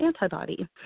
antibody